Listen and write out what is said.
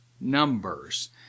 Numbers